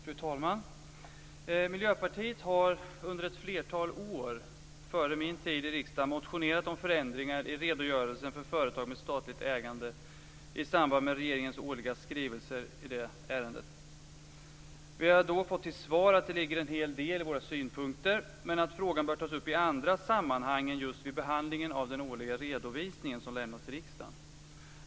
Fru talman! Miljöpartiet har under ett flertal år, före min tid i riksdagen, motionerat om förändringar i redogörelsen för företag med statligt ägande i samband med regeringens årliga skrivelser i det ärendet. Vi har då fått till svar att det ligger en hel del i våra synpunkter, men att frågan bör tas upp i andra sammanhang än just vid behandlingen av den årliga redovisning som lämnas till riksdagen.